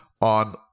on